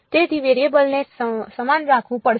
તેથી વેરીએબલને સમાન રાખવું પડશે